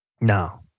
No